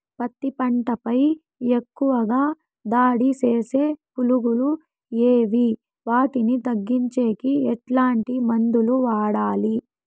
పత్తి పంట పై ఎక్కువగా దాడి సేసే పులుగులు ఏవి వాటిని తగ్గించేకి ఎట్లాంటి మందులు వాడాలి?